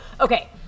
okay